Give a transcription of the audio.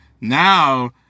now